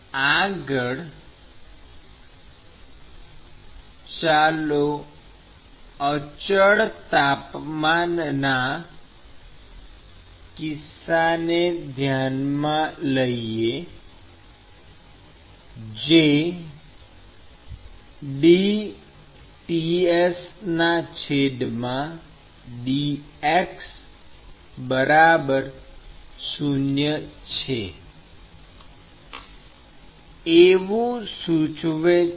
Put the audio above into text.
આગળ ચાલો અચળ તાપમાનના કિસ્સાને ધ્યાનમાં લઈએ જે dTs dx 0 છે એવું સૂચવે છે